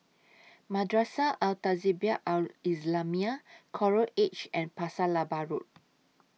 Madrasah Al Tahzibiah Al Islamiah Coral Edge and Pasir Laba Road